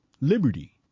liberty